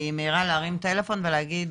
היא מיהרה להרים טלפון ולהגיד